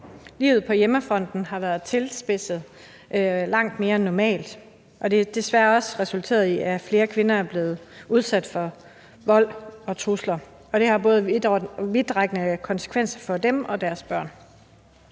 Livet på hjemmefronten har været tilspidset langt mere end normalt, og det har desværre også resulteret i, at flere kvinder er blevet udsat for vold og trusler. Det har både vidtrækkende konsekvenser for dem og for deres børn.